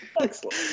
Excellent